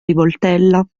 rivoltella